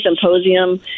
symposium